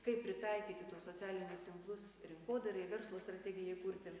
kaip pritaikyti tuos socialinius tinklus rinkodarai verslo strategijai kurti